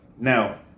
now